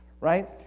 Right